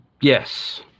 Yes